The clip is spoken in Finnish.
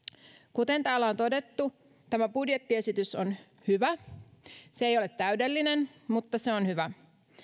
kuten täällä on todettu tämä budjettiesitys on hyvä se ei ole täydellinen mutta se on hyvä